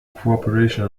cooperation